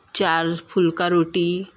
चार फुलका रोटी